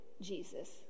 Jesus